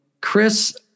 Chris